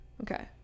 Okay